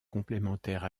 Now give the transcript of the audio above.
complémentaire